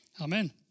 Amen